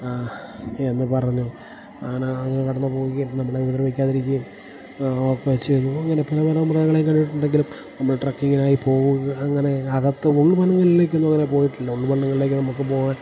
എന്ന് പറഞ്ഞു അങ്ങനെ ആന കടന്ന് പോകുകയും നമ്മളെ ഉപദ്രവിക്കാതിരിക്കുകയും വെച്ച് കഴിഞ്ഞു അങ്ങനെ പിന്നെ പല വന്യമൃഗങ്ങളെയും കണ്ടിട്ടുണ്ടങ്കിലും നമ്മൾ ട്രക്കിങ്ങിനായി പോവുക അങ്ങനെ അകത്ത് ഉൾ വനങ്ങളിലേക്കൊന്നും അങ്ങനെ പോയിട്ടില്ല ഉൾ വനങ്ങളിലേക്ക് നമുക്ക് പോകാൻ